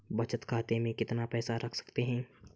बचत खाते में कितना पैसा रख सकते हैं?